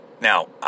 Now